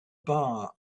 bar